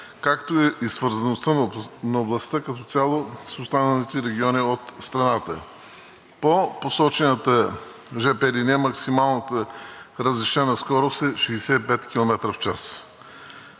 както и свързаността на областта като цяло с останалите региони от страната. По посочената жп линия максималната разрешена скорост е 65 км в час.